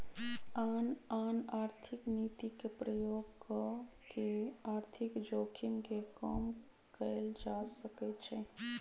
आन आन आर्थिक नीति के प्रयोग कऽ के आर्थिक जोखिम के कम कयल जा सकइ छइ